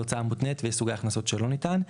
להוצאה מותנת ויש סוגי הכנסות שלא ניתן.